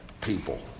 people